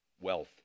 wealth